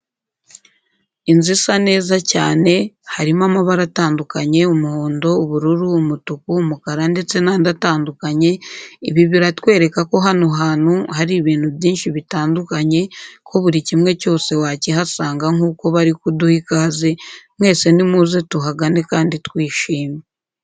Inzu isa neza cyane harimo amabara atandukanye umuhondo, ubururu, umutuku, umukara ndetse n'andi atandukanye, ibi biratwereka ko hano hantu hari ibintu byinshi bitandukanye ko buri kimwe cyose wakihasanga nk'uko bari kuduha ikaze, mwese ni muze tuhagane kandi twishimye.